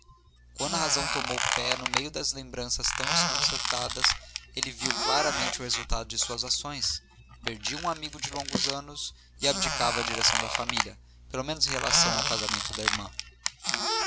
quando a razão tornou pé no meio de lembranças tão desconcertadas ele viu claramente o resultado de suas ações perdia um amigo de longos anos e abdicava a direção da família pelo menos em relação ao casamento da irmã